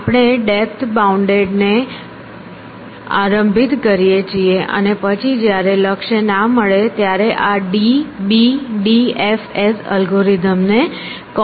આપણે depth bound ને આરંભિત કરીએ છીએ અને પછી જ્યારે લક્ષ્ય ના મળે ત્યારે આ d b d f s અલ્ગોરિધમને કોલ કરીએ